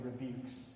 rebukes